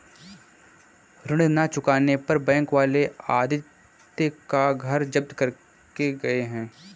ऋण ना चुकाने पर बैंक वाले आदित्य का घर जब्त करके गए हैं